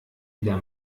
wieder